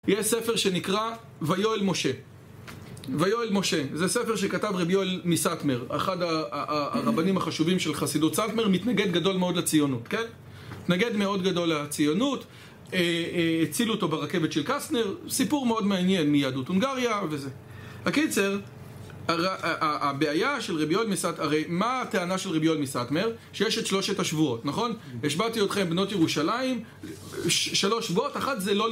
יש ספר שנקרא ויואל משה ויואל משה זה ספר שכתב רבי יואל מסטמר אחד הרבנים החשובים של חסידות סטמר מתנגד גדול מאוד לציונות כן? מתנגד מאוד גדול לציונות הצילו אותו ברכבת של קסטנר, סיפור מאוד מעניין מיהדות הונגריה וזה הקיצר הבעיה של רבי יואל מסטמר הרי מה הטענה של רבי יואל מסטמר? שיש את שלושת השבועות, נכון? השבעתי אתכם בנות ירושלים שלוש שבועות אחת זה לא...